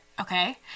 okay